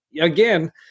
again